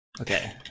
okay